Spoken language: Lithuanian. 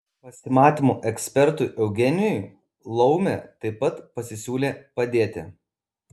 pasimatymų ekspertui eugenijui laumė taip pat pasisiūlė padėti